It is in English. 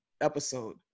episode